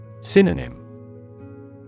Synonym